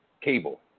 cable